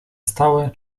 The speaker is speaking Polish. stałe